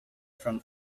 from